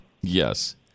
Yes